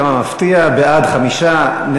כמה מפתיע: חמישה בעד,